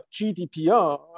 GDPR